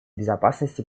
безопасности